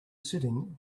sitting